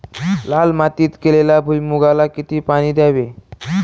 लाल मातीत केलेल्या भुईमूगाला किती पाणी द्यावे?